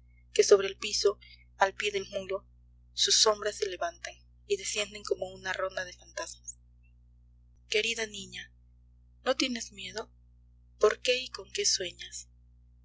adormecida que sobre el piso al pie del muro sus sombras se levantan y descienden como una ronda de fantasmas querida niña no tienes miedo por qué y con qué sueñas